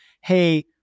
hey